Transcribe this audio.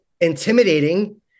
intimidating